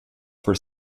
for